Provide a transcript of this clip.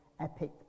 epic